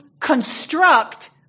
construct